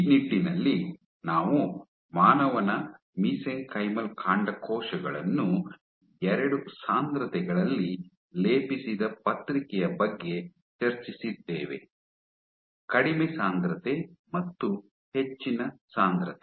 ಈ ನಿಟ್ಟಿನಲ್ಲಿ ನಾವು ಮಾನವನ ಮೀಸೆಂಕೈಮಲ್ ಕಾಂಡಕೋಶಗಳನ್ನು ಎರಡು ಸಾಂದ್ರತೆಗಳಲ್ಲಿ ಲೇಪಿಸಿದ ಪತ್ರಿಕೆಯ ಬಗ್ಗೆ ಚರ್ಚಿಸಿದ್ದೇವೆ ಕಡಿಮೆ ಸಾಂದ್ರತೆ ಮತ್ತು ಹೆಚ್ಚಿನ ಸಾಂದ್ರತೆ